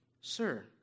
Sir